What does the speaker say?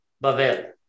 Babel